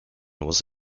was